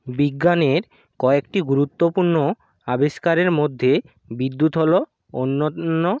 বিজ্ঞানের কয়েকটি গুরুত্বপূর্ণ আবিষ্কারের মধ্যে বিদ্যুৎ হলো অন্যান্য